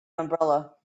umbrella